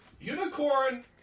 Unicorn